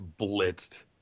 blitzed